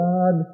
God